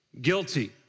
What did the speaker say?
guilty